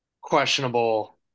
questionable